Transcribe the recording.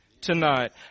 tonight